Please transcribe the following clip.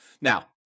Now